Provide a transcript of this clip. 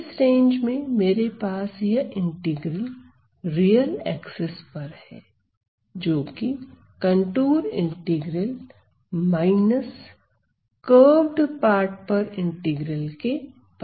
इस रेंज में मेरे पास यह इंटीग्रल रियल एक्सेस पर है जोकि contour integral minus curved part पर इंटीग्रल के बराबर है